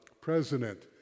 president